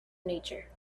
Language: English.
nature